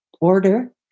order